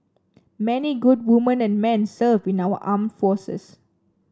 many good women and men serve in our armed forces